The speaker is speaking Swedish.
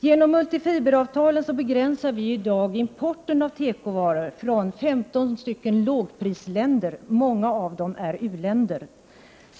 Genom multifiberavtalen begränsar vi i dag importen av tekovaror från 15 lågprisländer. Många av dem är u-länder.